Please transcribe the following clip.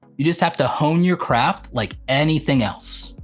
you just have to hone your craft like anything else.